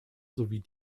sowie